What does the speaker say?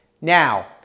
Now